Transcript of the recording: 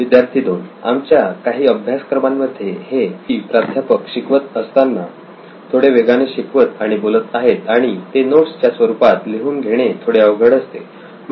विद्यार्थी 2 आमच्या काही अभ्यासक्रमांमध्ये हे थोडे अवघड असते की प्राध्यापक शिकवत असताना थोडे वेगाने शिकवत आणि बोलत आहेत आणि ते नोट्स च्या स्वरुपात लिहून घेणे थोडे अवघड असते